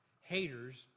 Haters